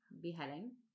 beheading